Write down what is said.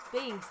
space